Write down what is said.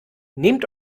nehmt